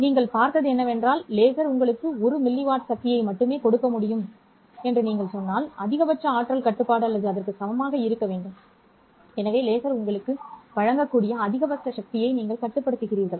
நீங்கள் பார்த்தது என்னவென்றால் லேசர் உங்களுக்கு 1 மில்லி வாட் சக்தியை மட்டுமே கொடுக்க முடியும் என்று நீங்கள் சொன்னால் அதிகபட்ச ஆற்றல் கட்டுப்பாடு அல்லது அதற்கு சமமாக இருக்க வேண்டும் எனவே லேசர் உங்களுக்கு வழங்கக்கூடிய அதிகபட்ச சக்தியை நீங்கள் கட்டுப்படுத்துகிறீர்கள்